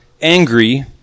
angry